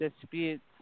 disputes